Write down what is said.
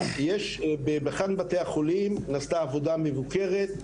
באחד מבתי החולים נעשתה עבודה מבוקרת,